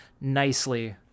nicely